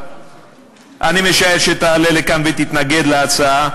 אני משער שתעלה לכאן ותתנגד להצעה,